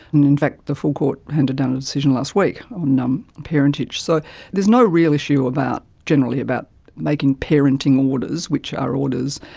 and in fact the full court handed down a decision last week on um parentage. so there's no real issue generally about making parenting orders which are orders